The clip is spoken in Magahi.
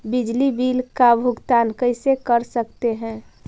बिजली बिल का भुगतान कैसे कर सकते है?